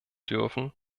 dürfen